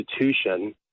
institution